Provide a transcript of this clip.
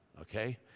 okay